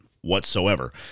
whatsoever